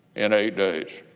in eight days.